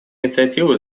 инициативы